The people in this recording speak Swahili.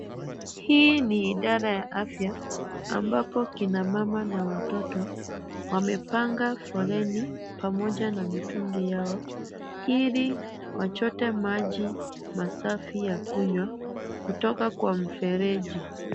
Hii ni idara ya afya, Ambapo kina Mama na watoto, wamepanga foleni pamoja na mitungi yao. ili wachote maji masafi ya kunywa kutoka kwa mfereji.